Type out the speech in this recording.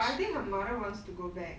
but I think her mother wants to go back